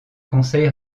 conseil